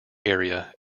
area